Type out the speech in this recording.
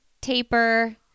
taper